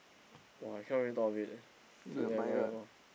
!wah! I cannot really thought of it eh admire lor